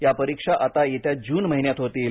या परीक्षा आता येत्या जून महिन्यात होतील